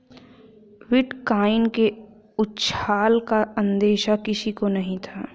bitcoin के उछाल का अंदेशा किसी को नही था